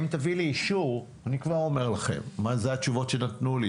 אם תביא לי אישור אני כבר אומר לכם את התשובות שנתנו לי